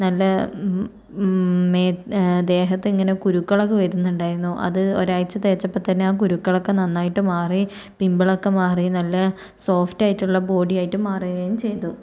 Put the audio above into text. നല്ല മേ ദേഹത്തു ഇങ്ങനെ കുരുക്കളൊക്കെ വരുന്നുണ്ടായിരുന്നു അത് ഒരാഴ്ച്ച തേച്ചപ്പോൾ തന്നെ ആ കുരുക്കളൊക്കെ നന്നായിട്ട് മാറി പിമ്പിളൊക്കെ മാറി നല്ല സോഫ്റ്റായിട്ടുള്ള ബോഡി ആയിട്ട് മാറുകയും ചെയ്തു